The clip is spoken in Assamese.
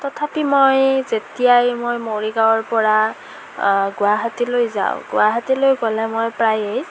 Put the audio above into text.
তথাপি মই যেতিয়াই মই মৰিগাঁৱৰ পৰা গুৱাহাটীলৈ যাওঁ গুৱাহাটীলৈ গ'লে মই প্ৰায়েই